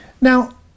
Now